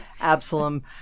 Absalom